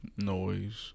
noise